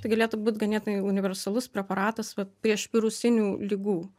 tai galėtų būt ganėtinai universalus preparatas vat prieš virusinių ligų